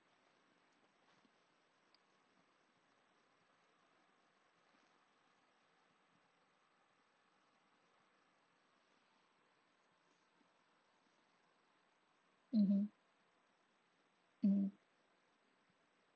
mmhmm mm